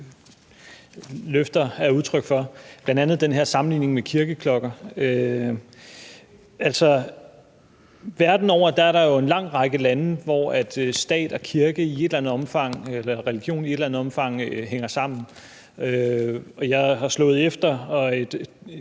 er udtryk for, bl.a. den her sammenligning med kirkeklokker. Verden over er der jo en lang række lande, hvor stat og kirke, eller religion, i et eller andet omfang hænger sammen. Jeg har slået det efter: Af de